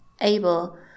able